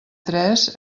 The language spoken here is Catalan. tres